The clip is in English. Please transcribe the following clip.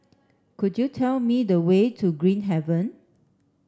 could you tell me the way to Green Haven